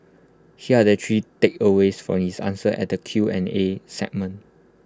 here are the three takeaways from his answers at the Q and A segment